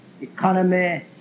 economy